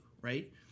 right